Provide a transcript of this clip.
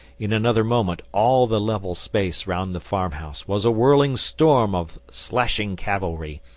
in another moment all the level space round the farmhouse was a whirling storm of slashing cavalry,